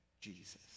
Jesus